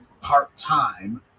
part-time